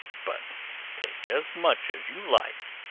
but take as much as you like,